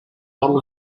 bottle